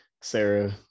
sarah